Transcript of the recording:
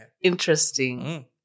interesting